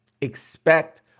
expect